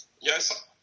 yes